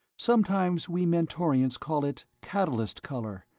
sometimes we mentorians call it catalyst color.